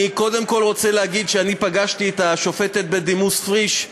אני קודם כול רוצה להגיד שאני פגשתי את השופטת בדימוס פריש,